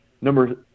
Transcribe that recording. number